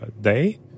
day